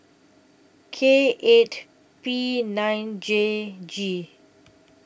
K eight P nine J G